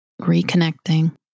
reconnecting